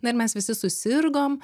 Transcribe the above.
na ir mes visi susirgom